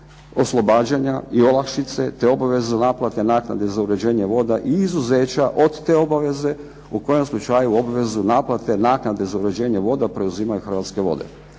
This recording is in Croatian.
oslobađanja i olakšice, te obavezu naplate naknade za uređenje voda i izuzeća od te obaveze u kojem slučaju obvezu naplate naknade za uređenje voda preuzimaju Hrvatske vode.